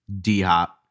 D-Hop